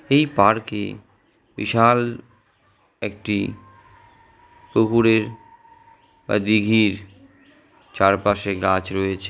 এই পার্কে বিশাল একটি পুকুরের বা দিঘির চারপাশে গাছ রয়েছে